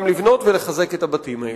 וגם לבנות ולחזק את הבתים האלה.